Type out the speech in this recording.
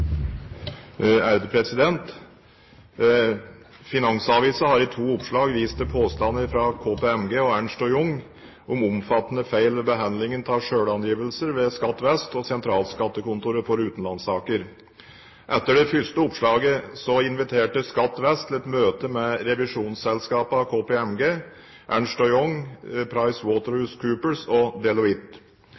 har i to oppslag vist til påstander fra KPMG og Ernst & Young om omfattende feil ved behandlingen av selvangivelser ved Skatt vest og Sentralskattekontoret for utenlandssaker. Etter det første oppslaget inviterte Skatt vest til et møte med revisjonsselskapene KPMG, Ernst & Young, PricewaterhouseCoopers og